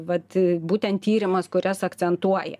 vat būtent tyrimas kurias akcentuoja